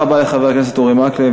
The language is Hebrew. תודה רבה לחבר הכנסת אורי מקלב.